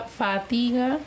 fatiga